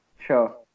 Sure